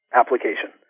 application